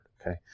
Okay